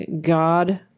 god